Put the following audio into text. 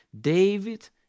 David